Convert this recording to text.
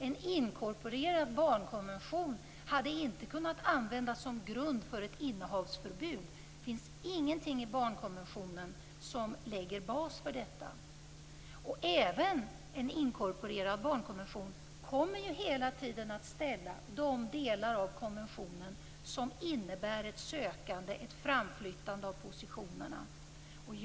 En inkorporerad barnkonvention hade inte kunnat användas som grund för ett innehavsförbud. Det finns ingenting i barnkonventionen som bas för detta. Även en inkorporering av barnkonventionen kommer hela tiden att ställa de delar av konventionen som innebär ett sökande och framflyttande av positionerna utanför.